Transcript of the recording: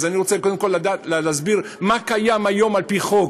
אז אני רוצה קודם כול להסביר מה קיים היום על-פי חוק.